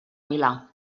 milà